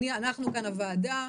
אנחנו כאן, הוועדה,